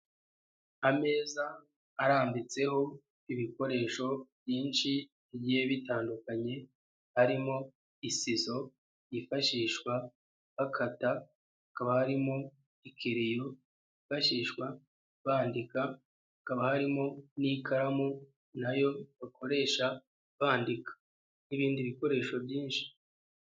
Ameza arambitseho ibikoresho byinshi bigiye bitandukanye harimo: isiso yifashishwa bakata, hakaaba harimo ikereyo yifashishwa bandika, hakaba harimo n'ikaramu na yo bakoresha bandika n'ibindi bikoresho byinshi.